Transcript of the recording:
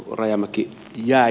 rajamäki jäi